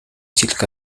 تلك